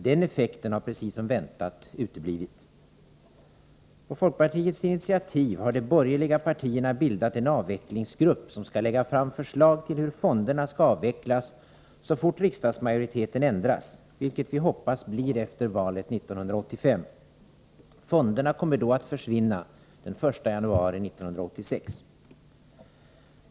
Den effekten har precis som väntat uteblivit. På folkpartiets initiativ har de borgerliga partierna bildat en avvecklingsgrupp som skall lägga fram förslag till hur fonderna skall avvecklas så fort riksdagsmajoriteten ändras, vilket vi hoppas blir efter valet 1985. Fonderna kommer då att försvinna den 1 januari 1986.